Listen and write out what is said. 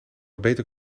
beter